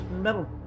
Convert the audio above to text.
metal